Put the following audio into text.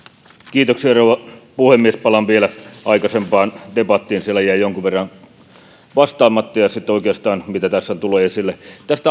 kiitoksia rouva puhemies palaan vielä aikaisempaan debattiin siellä jäi jonkun verran vastaamatta ja sitten oikeastaan siitä mitä tässä on tullut esille tästä